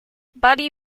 buddy